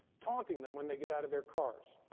taunting them when they get out of their cars.